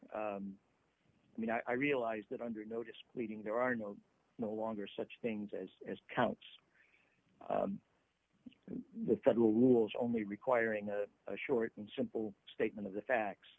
count i mean i realize that under notice pleading there are no longer such things as as counts in the federal rules only requiring a short and simple statement of the facts